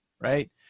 right